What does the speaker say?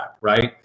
Right